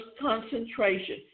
concentration